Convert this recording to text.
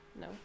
No